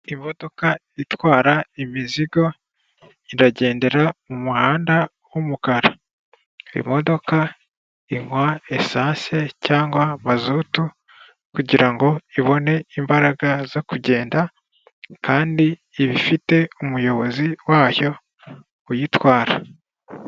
Imodoka itwara imizigo iragendera mu muhanda w'umukara, imodoka inkwa esanse cyangwa mazutu kugirango ibone imbaraga zo kugenda, kandi iba ifite umuyobozi wayo uyitwara.